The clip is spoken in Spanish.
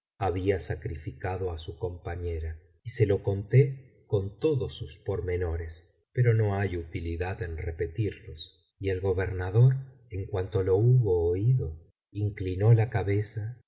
había sacrificado á su compañera y se lo conté con todos sus pormenores pero no hay utilidad en repetirlos y el gobernador en cuanto lo hubo oído inclinó la cabeza